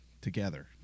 together